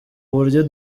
buryo